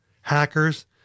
hackers